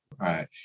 right